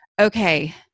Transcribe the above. okay